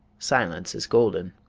silence is golden